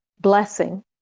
blessing